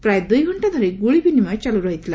ପ୍ରାୟ ଦୁଇଘକ୍ଷା ଧରି ଗୁଳି ବିନିମୟ ଚାଲୁ ରହିଥିଲା